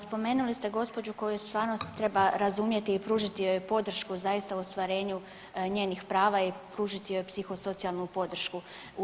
Spomenuli ste gospođu koju stvarno treba razumjeti i pružiti joj podršku zaista u ostvarenju njenih prava i pružiti joj psihosocijalnu podršku.